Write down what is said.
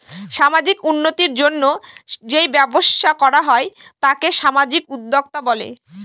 সামাজিক উন্নতির জন্য যেই ব্যবসা করা হয় তাকে সামাজিক উদ্যোক্তা বলে